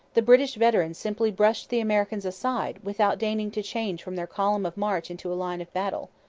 the british veterans simply brushed the americans aside without deigning to change from their column of march into a line of battle.